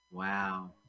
Wow